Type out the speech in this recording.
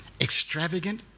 extravagant